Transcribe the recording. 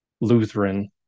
Lutheran